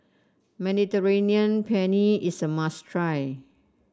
Mediterranean Penne is a must try